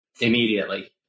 immediately